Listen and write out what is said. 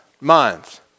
month